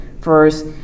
first